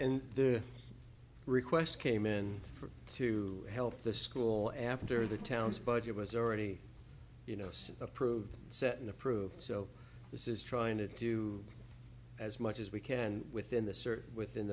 and their request came in for to help the school after the town's budget was already you know approved set and approved so this is trying to do as much as we can within the